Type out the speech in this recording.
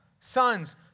sons